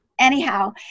anyhow